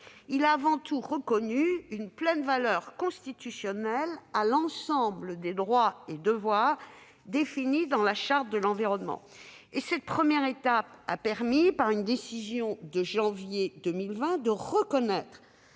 a avant tout reconnu une pleine valeur constitutionnelle à « l'ensemble des droits et devoirs définis dans la Charte de l'environnement ». Cette première étape a permis, par une décision de janvier 2020, de reconnaître